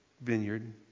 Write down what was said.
vineyard